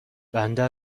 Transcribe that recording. بنده